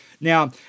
Now